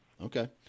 Okay